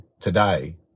today